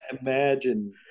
imagine